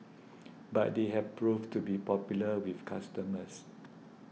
but they have proved to be popular with customers